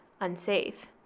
unsafe